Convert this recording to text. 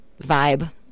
vibe